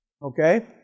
Okay